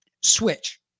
switch